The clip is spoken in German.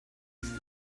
sie